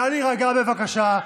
נא להירגע בבקשה.